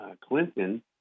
clinton